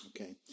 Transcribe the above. Okay